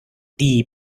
die